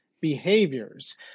behaviors